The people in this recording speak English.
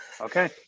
Okay